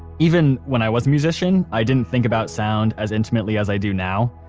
even when i was a musician, i didn't think about sound as intimately as i do now.